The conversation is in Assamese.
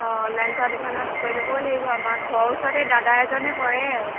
অঁ অনলাইন কৰা দোকানত কৈ ল'বগৈ লাগিব আমাৰ ঘৰৰ ওচৰতে দাদা এজনে কৰে